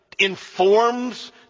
informs